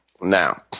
now